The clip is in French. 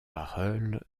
barœul